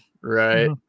Right